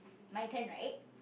my turn right